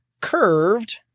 curved